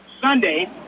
sunday